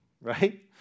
right